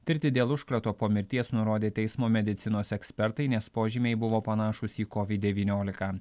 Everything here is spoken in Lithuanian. tirti dėl užkrato po mirties nurodė teismo medicinos ekspertai nes požymiai buvo panašūs į covid devyniolika